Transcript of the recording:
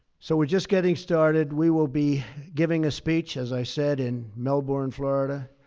so we're just getting started. we will be giving a speech, as i said, in melbourne, florida,